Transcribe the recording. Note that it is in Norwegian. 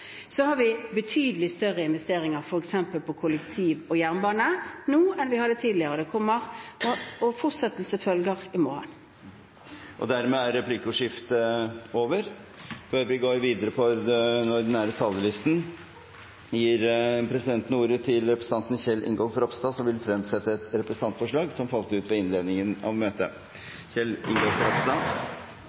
Så har vi betydelig større investeringer, f.eks. på kollektiv og jernbane, nå enn vi hadde tidligere. Og fortsettelse følger i morgen. Dermed er replikkordskiftet over. Representanten Kjell Ingolf Ropstad vil fremsette et representantforslag som falt ut ved innledningen av møtet.